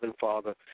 Father